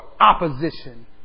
opposition